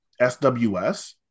sws